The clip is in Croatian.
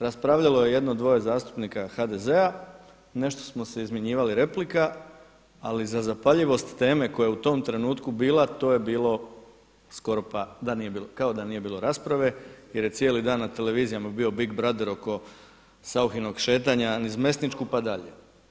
Raspravljalo je jedno, dvoje zastupnika HDZ-a nešto smo se izmjenjivali replika, ali za zapaljivost teme koja je u tom trenutku bila to je bilo skoro pa kao da nije bilo rasprave jer je cijeli dan na televizijama bio Big Brother oko Sauchinog šetanja niz Mesničku pa dalje.